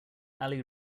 ali